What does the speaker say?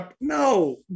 No